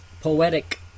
poetic